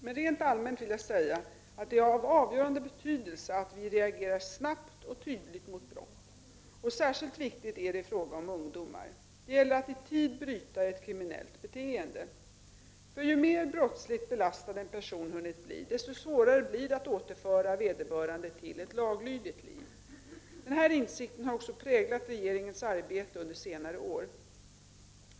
Men rent allmänt vill jag säga att det är av avgörande betydelse att vi reagerar snabbt och tydligt mot brott. Och särskilt viktigt är det i fråga om ungdomar. Det gäller att i tid bryta ett kriminellt beteende. För ju mer brottsligt belastad en person hunnit bli, desto svårare blir det att återföra vederbörande till ett laglydigt liv. Den här insikten har också präglat regeringens arbete under senare år.